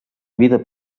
vida